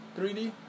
3D